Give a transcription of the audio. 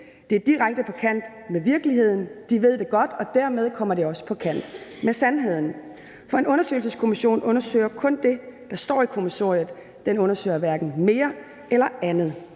det er direkte på kant med virkeligheden. De ved det godt, og dermed kommer det også på kant med sandheden. For en undersøgelseskommission undersøger kun det, der står i kommissoriet, den undersøger hverken mere eller andet.